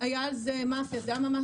אין פה